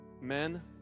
men